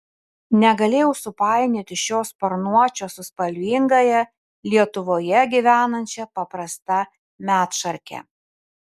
negalėjau supainioti šio sparnuočio su spalvingąja lietuvoje gyvenančia paprasta medšarke